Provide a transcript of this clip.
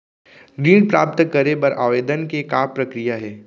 ऋण प्राप्त करे बर आवेदन के का प्रक्रिया हे?